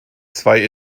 zwei